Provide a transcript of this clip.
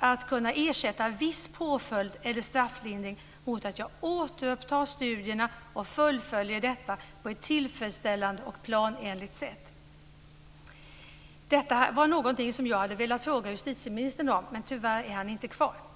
att kunna ersätta viss påföljd eller strafflindring mot att jag återupptar studierna och fullföljer dem på ett tillfredsställande och planenligt sätt. Detta var någonting som jag hade velat fråga justitieministern om, men tyvärr är han inte kvar i kammaren.